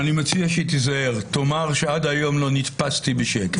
אני מציע שתיזהר, תאמר שעד היום לא נתפסתי בשקר.